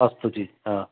अस्तु जि हा